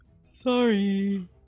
Sorry